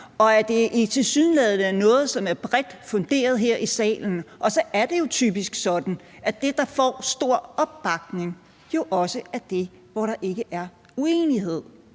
og at det tilsyneladende er noget, der er bredt funderet her i salen. Så er det jo typisk sådan, at det, der får stor opbakning, også er det, der ikke er uenighed